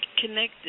connected